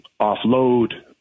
offload